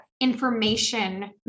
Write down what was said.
information